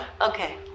Okay